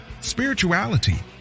spirituality